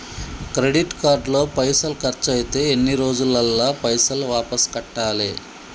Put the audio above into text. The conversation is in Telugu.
క్రెడిట్ కార్డు లో పైసల్ ఖర్చయితే ఎన్ని రోజులల్ల పైసల్ వాపస్ కట్టాలే?